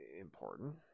important